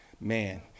man